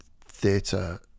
Theatre